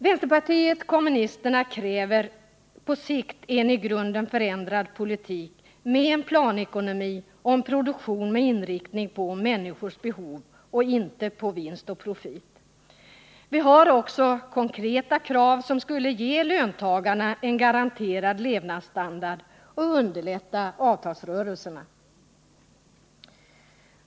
Vänsterpartiet kommunisterna kräver på sikt en i grunden förändrad politik med en planekonomi och en produktion med inriktning på människors behov och inte på vinst och profit. Vi har också konkreta krav, som skulle ge löntagarna en garanterad levnadsstandard och underlätta avtalsrörelserna.